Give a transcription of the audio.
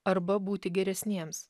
arba būti geresniems